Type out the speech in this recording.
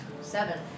Seven